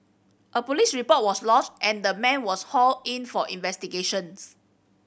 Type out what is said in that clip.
a police report was lodged and the man was hauled in for investigations